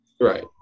Right